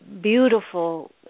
beautiful